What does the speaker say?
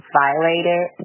violated